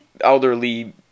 elderly